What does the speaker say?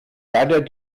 leider